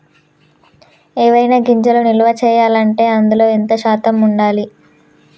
ఏవైనా గింజలు నిల్వ చేయాలంటే అందులో ఎంత శాతం ఉండాలి?